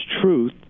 truth